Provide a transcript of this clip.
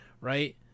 right